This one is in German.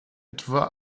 etwa